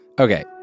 Okay